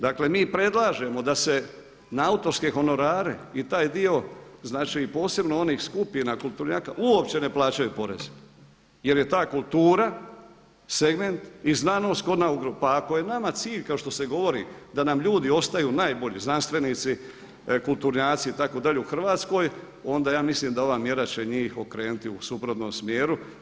Dakle mi predlažemo da se na autorske honorare i taj dio posebno onih skupina kulturnjaka uopće ne plaćaju porezi jer je ta kultura segment i znanost … pa ako je nama cilj kao što se govori da nam ljudi ostaju najbolji znanstvenici, kulturnjaci itd. u Hrvatskoj onda ja mislim da ova mjera će njih okrenuti u suprotnom smjeru.